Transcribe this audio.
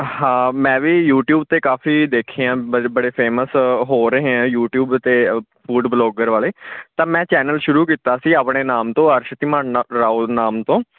ਹਾਂ ਮੈਂ ਵੀ ਯੂਟੀਊਬ 'ਤੇ ਕਾਫੀ ਦੇਖੀਆਂ ਬੜੇ ਬੜੇ ਫੇਮਸ ਹੋ ਰਹੇ ਆ ਯੂਟੀਊਬ 'ਤੇ ਅ ਫੂਡ ਬਲੋਗਰ ਵਾਲੇ ਤਾਂ ਮੈਂ ਚੈਨਲ ਸ਼ੁਰੂ ਕੀਤਾ ਸੀ ਆਪਣੇ ਨਾਮ ਤੋਂ ਅਰਸ਼ ਧੀਮਾਣ ਨਾ ਰਾਓ ਨਾਮ ਤੋਂ